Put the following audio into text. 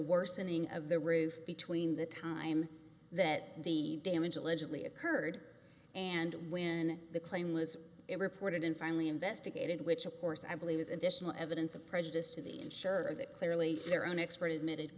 worsening of the roof between the time that the damage allegedly occurred and when the claim was reported and finally investigated which of course i believe is additional evidence of prejudice to the insurer that clearly their own expert admitted